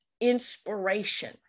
inspiration